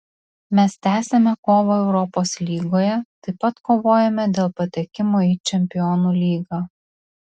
mes tęsiame kovą europos lygoje taip pat kovojame dėl patekimo į čempionų lygą